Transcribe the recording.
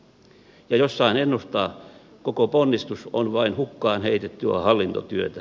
ja jos saan ennustaa koko ponnistus on vain hukkaan heitettyä hallintotyötä